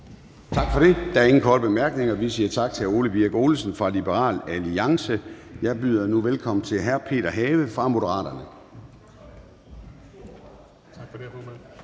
Gade): Der er ingen korte bemærkninger. Vi siger tak til hr. Ole Birk Olesen fra Liberal Alliance. Jeg byder nu velkommen til hr. Peter Have fra Moderaterne.